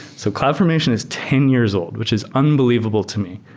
so cloud formation is ten years old, which is unbelievable to me,